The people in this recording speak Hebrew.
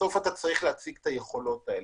בסוף אתה צריך להציג את היכולות האלה.